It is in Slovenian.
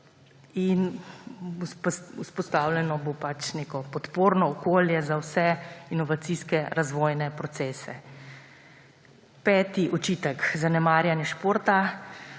Vzpostavljeno bo podporno okolje za vse inovacijske razvojne procese. Peti očitek – zanemarjanje športa.